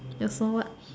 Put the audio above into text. you're from what